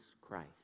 Christ